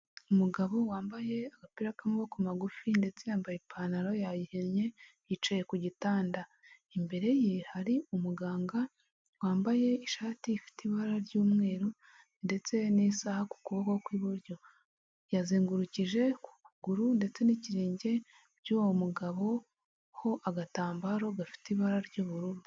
Umugabo wambaye agapira k'amaboko magufi ndetse yambaye ipantaro yayihinye yicaye ku gitanda. Imbere ye hari umuganga wambaye ishati ifite ibara ry'umweru ndetse n'isaha ku kuboko kw'iburyo yazengurukije k'ukuguru ndetse n'ikirenge by'uwo mugabo ho agatambaro gafite ibara ry'ubururu.